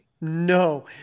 No